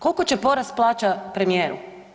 Kolko će porast plaća premijeru?